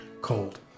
cold